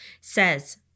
says